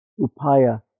upaya